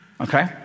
Okay